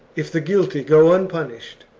if the guilty go unpunished,